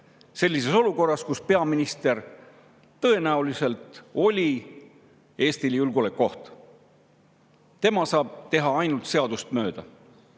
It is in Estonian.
sellises olukorras, kus peaminister tõenäoliselt oli Eestile julgeolekuoht. Tema saab teha ainult seadust mööda.